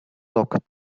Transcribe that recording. log